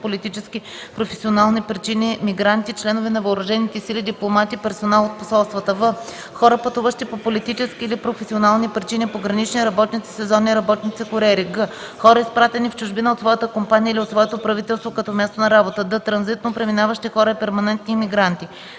политически/професионални причини – мигранти, членове на въоръжените сили, дипломати, персонал от посолствата; в) хора, пътуващи по политически/професионални причини – погранични работници, сезонни работници, куриери; г) хора, изпратени в чужбина от своята компания или от своето правителство като място на работа; д) транзитно преминаващи хора и перманентни имигранти.